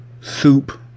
soup